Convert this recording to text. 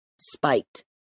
spiked